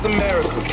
America